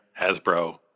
Hasbro